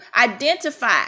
identify